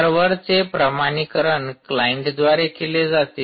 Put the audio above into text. सर्वरचे प्रमाणीकरण क्लाईंटद्वारे केले जाते